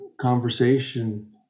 conversation